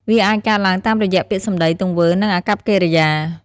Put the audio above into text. វាអាចកើតឡើងតាមរយៈពាក្យសម្ដី ទង្វើ និងអាកប្បកិរិយា។